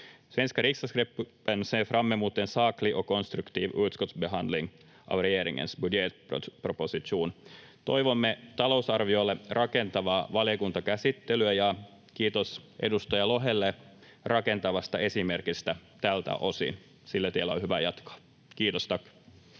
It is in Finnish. Svenska riksdagsgruppen ser fram emot en saklig och konstruktiv utskottsbehandling av regeringens budgetproposition. Toivomme talousarviolle rakentavaa valiokuntakäsittelyä, ja kiitos edustaja Lohelle rakentavasta esimerkistä tältä osin. Sillä tiellä on hyvä jatkaa. — Kiitos,